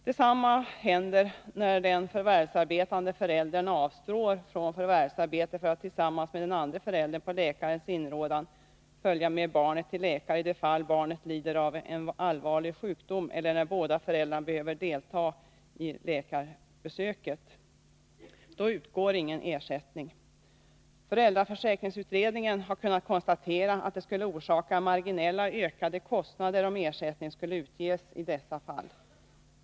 Detsamma händer när den förvärvsarbetande föräldern avstår från förvärvsarbete för att tillsammans med den andra föräldern, på läkares inrådan, följa med barnet till läkare i de fall barnet lider av en allvarlig sjukdom eller när båda föräldrarna behöver delta i läkarbesöket. Då utgår ingen ersättning. Föräldraförsäkringsutredningen har kunnat konstatera att det skulle orsaka marginella ökade kostnader om ersättning skulle utges i dessa fall.